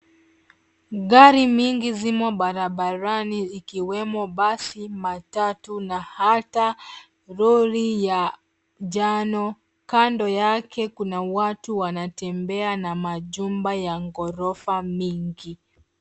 Gari mingi zimo barabarani ikiwemo basi, matatu, na hata lori ya njano. Kando yake kuna watu wanatembea, na majumba ya ghorofa mingi.